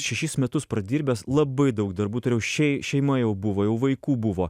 šešis metus pradirbęs labai daug darbų turėjau šei šeima jau buvo jau vaikų buvo